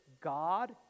God